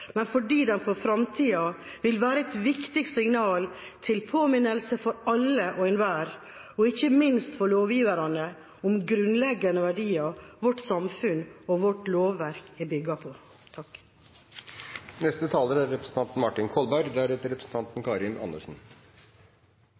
men fordi den for fremtiden vil være et viktig signal til påminnelse for alle og enhver, ikke minst for lovgiverne, om grunnleggende verdier vårt samfunn og vårt lovverk er bygd på. Representanten